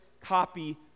copy